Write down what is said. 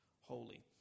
holy